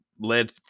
led